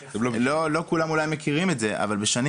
אולי לא כולם מכירים את זה אבל בשנים